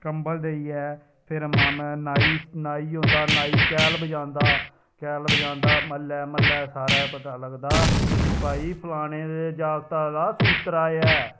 कंबल देइयै फिर मामा नाई नाई ऐ औंदा नाई कैह्ल बजांदा कैह्ल बजांदा म्हल्ल म्हल्ले सारे पता लगदा की भाई फलाने दे जागत दा सूत्तरा ऐ